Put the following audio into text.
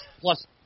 plus